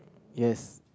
yes